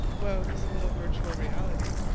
well it was a little virtual reality.